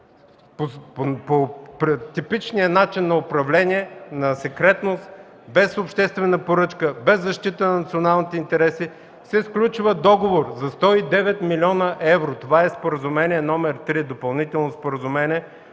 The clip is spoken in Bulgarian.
По типичния начин на управление, на секретност, без обществена поръчка, без защита на националните интереси се сключва договор за 109 млн. евро. Това е Допълнително споразумение